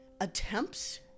attempts